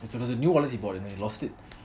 it's it was a new wallet he bought and he lost it